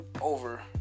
over